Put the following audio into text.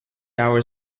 hour